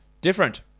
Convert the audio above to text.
different